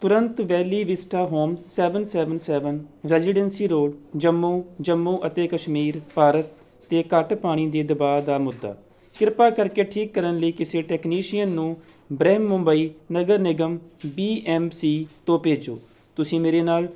ਤੁਰੰਤ valley vista homes seven seven seven residency road Jammu Jammu ਅਤੇ ਕਸ਼ਮੀਰ ਭਾਰਤ 'ਤੇ ਘੱਟ ਪਾਣੀ ਦੇ ਦਬਾਅ ਦਾ ਮੁੱਦਾ ਕਿਰਪਾ ਕਰਕੇ ਠੀਕ ਕਰਨ ਲਈ ਕਿਸੇ ਟੈਕਨੀਸ਼ੀਅਨ ਨੂੰ ਬ੍ਰਿਹਨਮੁੰਬਈ ਨਗਰ ਨਿਗਮ ਬੀ ਐੱਮ ਸੀ ਤੋਂ ਭੇਜੋ ਤੁਸੀਂ ਮੇਰੇ ਨਾਲ